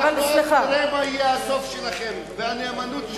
עוד נראה מה יהיה הסוף שלכם והנאמנות שלכם.